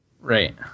Right